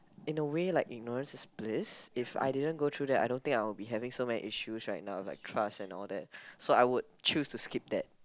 in a way like ignorance is bliss if I didn't go through that I don't think I'll be having so many issues right now like trust and all that so I would choose to skip that